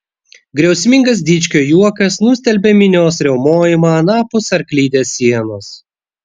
griausmingas dičkio juokas nustelbė minios riaumojimą anapus arklidės sienos